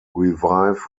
revive